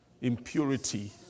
impurity